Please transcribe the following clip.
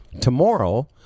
Tomorrow